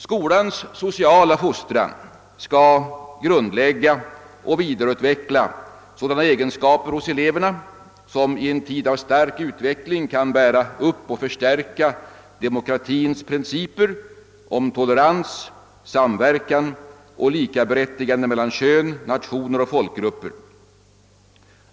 »Skolans sociala fostran skall grundlägga och vidareutveckla sådana egenskaper hos eleverna, som i en tid av stark utveckling kan bära upp och förstärka demokratins principer om tolerans, samverkan och likaberättigande mellan kön, nationer och folkgrupper.